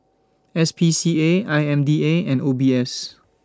S P C A I M D A and O B S